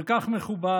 כל כך מכובד